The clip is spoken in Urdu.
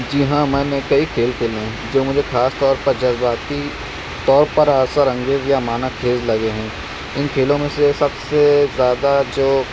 جی ہاں میں نے کئی کھیل کھیلے ہیں جو مجھے خاص طور پر جذباتی طور پر اثر انگیز یا معنی خیز لگے ہیں ان کھیلوں میں سے سب سے زیادہ جو